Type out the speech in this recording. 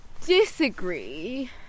disagree